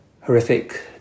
horrific